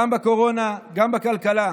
גם בקורונה, גם בכלכלה.